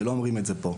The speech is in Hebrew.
ולא אומרים את זה פה.